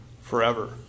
forever